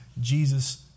Jesus